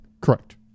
Correct